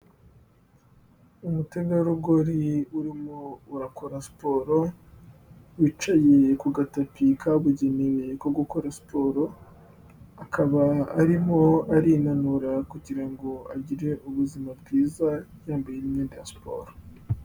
Umutegarugori urimo urakora siporo, wicaye ku gatopi kabugene ku gukora siporo, akaba arimo arinanura kugira ngo agire ubuzima bwiza, yambaye imyenda ya siporo.